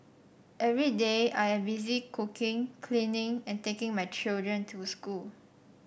every day I am busy cooking cleaning and taking my children to school